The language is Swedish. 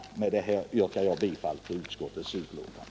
Med detta yrkar jag bifall till utskottets hemställan.